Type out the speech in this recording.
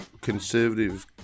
Conservative